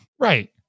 Right